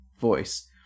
voice